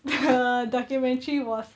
the documentary was